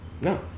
No